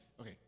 okay